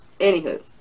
anywho